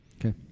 Okay